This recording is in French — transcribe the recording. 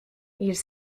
ils